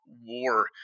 war